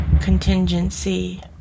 Contingency